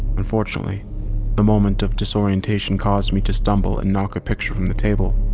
unfortunately the moment of disorientation caused me to stumble and knock a picture from the table.